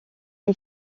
les